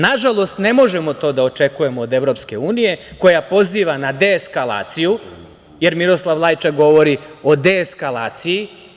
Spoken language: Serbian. Nažalost, ne možemo to da očekujemo od EU, koja poziva na deeskalaciju, jer Miroslav Lajčak govori o deeskalaciji.